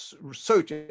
research